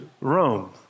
Rome